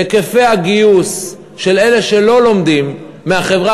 היקפי הגיוס של אלה שלא לומדים מהחברה